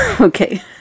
Okay